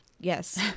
Yes